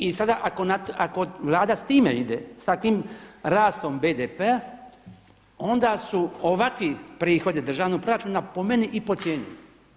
I sada ako Vlada s time ide, s takvim rastom BDP-a onda su ovakvi prihodi državnog proračuna po meni i po cijeni.